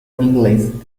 england